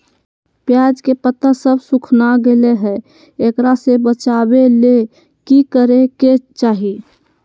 प्याज के पत्ता सब सुखना गेलै हैं, एकरा से बचाबे ले की करेके चाही?